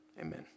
Amen